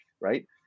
right